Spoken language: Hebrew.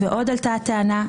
ועוד עלתה הטענה,